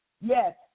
Yes